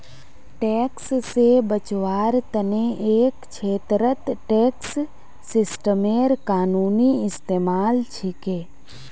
tax से बचवार तने एक छेत्रत टैक्स सिस्टमेर कानूनी इस्तेमाल छिके